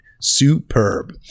Superb